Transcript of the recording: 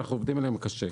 שאנחנו עובדים עליהן קשה.